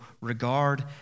regard